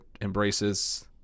embraces